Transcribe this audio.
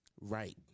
right